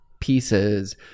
pieces